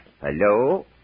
Hello